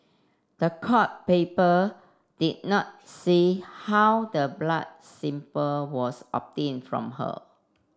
the court paper did not say how the blood sample was obtained from her